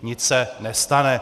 Nic se nestane.